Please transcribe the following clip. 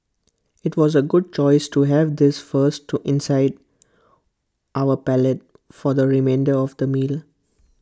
IT was A good choice to have this first to incite our palate for the remainder of the meal